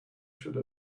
should